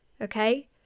Okay